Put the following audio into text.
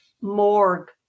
morgue